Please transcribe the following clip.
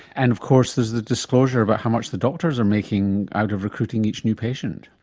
and of course there's the disclosure about how much the doctors are making out of recruiting each new patient.